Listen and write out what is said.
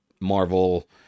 marvel